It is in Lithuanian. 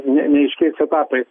ne neaiškiais etapais